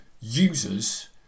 users